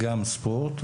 ספורט,